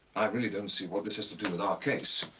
i really don't see what this has to do with our case.